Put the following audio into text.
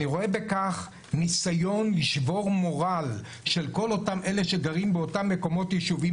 אני רואה בכך ניסיון לשבור מורל של כל אותם אלה שגרים באותם יישובים,